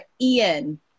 Ian